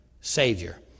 Savior